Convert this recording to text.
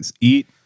eat